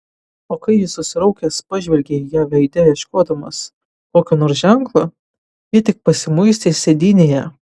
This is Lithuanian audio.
o kai jis susiraukęs pažvelgė į ją veide ieškodamas kokio nors ženklo ji tik pasimuistė sėdynėje